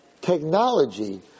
technology